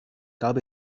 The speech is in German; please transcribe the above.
gab